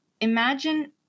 imagine